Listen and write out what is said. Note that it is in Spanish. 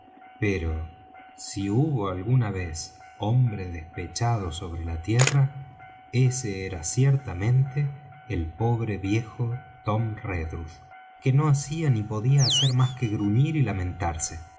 pero si hubo alguna vez hombre despechado sobre la tierra ese era ciertamente el pobre viejo tom redruth que no hacía ni podía hacer más que gruñir y lamentarse